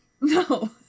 No